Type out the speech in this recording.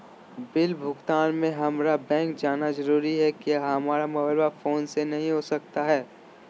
Bill भुगतान में हम्मारा बैंक जाना जरूर है क्या हमारा मोबाइल फोन से नहीं हो सकता है?